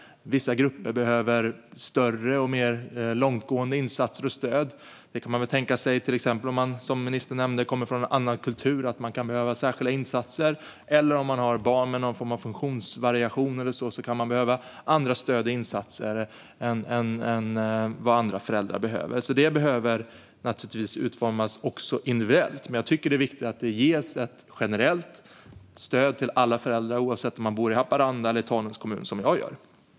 Vissa grupper behöver större och mer långtgående insatser och stöd. Till exempel kan man tänka sig, som ministern nämnde, att det kan behövas särskilda insatser för personer som kommer från en annan kultur eller har barn med någon form av funktionsvariation. Då kan man behöva annat stöd och andra insatser än andra föräldrar behöver. Det behöver också utformas individuellt. Jag tycker att det är viktigt att det ges ett generellt stöd till alla föräldrar, oavsett om de bor i Haparanda eller i Tanums kommun, som jag själv.